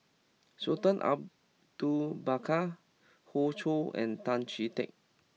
Sultan Abu do Bakar Hoey Choo and Tan Chee Teck